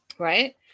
right